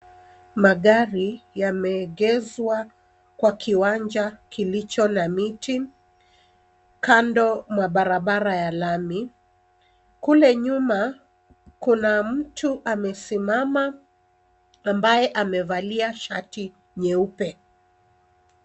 Magari yameegeshwa kwa kiwanja kilicho na miti, kando mwa barabara ya lami kule nyuma kuna mtu amesimama ambaye amevalia shati nyeupe.